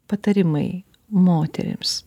patarimai moterims